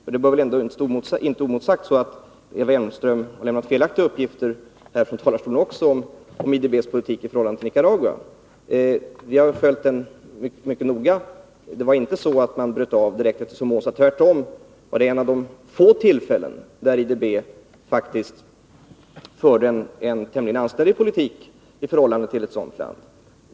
Eva Hjelmström har lämnat felaktiga uppgifter från talarstolen också om IDB:s politik i förhållande till Nicaragua, och det bör väl ändå inte stå oemotsagt. Vi har följt den mycket noga. Det var inte så att man avbröt långivningen direkt efter Somozas fall. Tvärtom! Detta är ett av de få tillfällen då IDB faktiskt har fört en tämligen anständig politik i förhållande till ett sådant land.